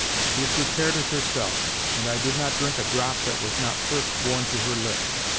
she had prepared it herself and i did not drink a drop that was not first borne to her lips.